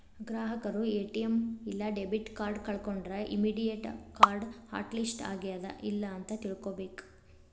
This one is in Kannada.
ಗ್ರಾಹಕರು ಎ.ಟಿ.ಎಂ ಇಲ್ಲಾ ಡೆಬಿಟ್ ಕಾರ್ಡ್ ಕಳ್ಕೊಂಡ್ರ ಇಮ್ಮಿಡಿಯೇಟ್ ಕಾರ್ಡ್ ಹಾಟ್ ಲಿಸ್ಟ್ ಆಗ್ಯಾದ ಇಲ್ಲ ಅಂತ ತಿಳ್ಕೊಬೇಕ್